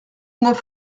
neuf